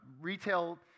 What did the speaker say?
retail